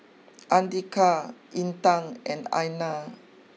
Andika Intan and Aina